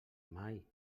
mai